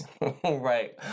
right